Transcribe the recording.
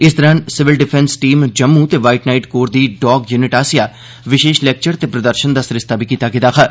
इस दौरान civil defence team Jammu ते व्हाइट नाइट कोर दी डॉग युनिट आसेया विशेष लेक्चर ते प्रदर्शन दा सरिस्ता बी कीता गेदा हा